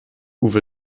uwe